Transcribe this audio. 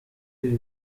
ibi